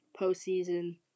postseason